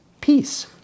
peace